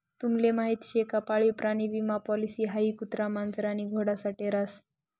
तुम्हले माहीत शे का पाळीव प्राणी विमा पॉलिसी हाई कुत्रा, मांजर आणि घोडा साठे रास